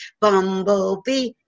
bumblebee